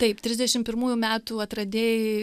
taip trisdešim pirmųjų metų atradėjai